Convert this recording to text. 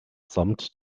samt